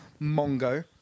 Mongo